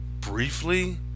briefly